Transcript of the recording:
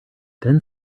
then